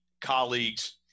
colleagues